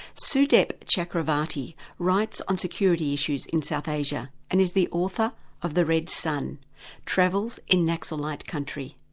sudeep chakravarti writes on security issues in south asia, and is the author of the red sun travels in naxalite country.